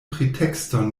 pretekston